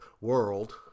World